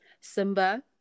Simba